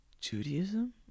Judaism